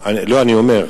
לא, אני אומר.